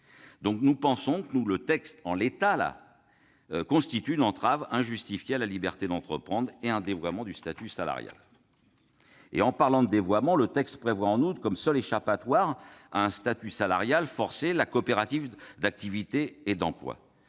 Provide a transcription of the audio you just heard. ? Nous pensons donc que, en l'état, ce texte constitue une entrave injustifiée à la liberté d'entreprendre et un dévoiement du statut salarial. À propos de dévoiement, le texte prévoit en outre comme seule échappatoire à un statut salarial forcé la coopérative d'activité et d'emploi.